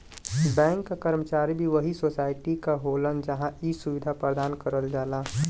bank क कर्मचारी भी वही सोसाइटी क होलन जहां इ सुविधा प्रदान करल जाला